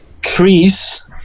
trees